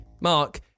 Mark